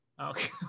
Okay